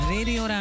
Radio